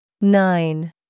Nine